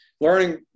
learning